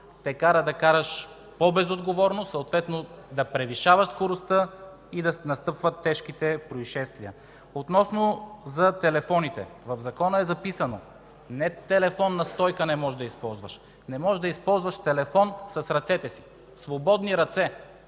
те кара да караш по-безотговорно, съответно да превишаваш скоростта и да настъпват тежките произшествия. Относно телефоните. В Закона не е записано, че не можеш да използваш телефонна стойка. Не можеш да използваш телефон с ръцете си. Свободни ръце!